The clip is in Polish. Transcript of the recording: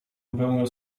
wypełniał